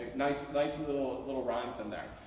nice nice and little little rhymes in there.